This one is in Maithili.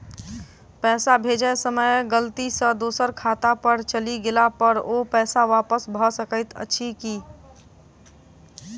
पैसा भेजय समय गलती सँ दोसर खाता पर चलि गेला पर ओ पैसा वापस भऽ सकैत अछि की?